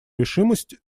решимость